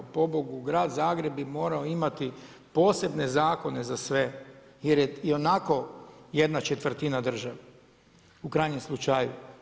Pobogu, Grad Zagreb bi morao imati posebne zakone za sve jer je i onako jedna četvrtina države u krajnjem slučaju.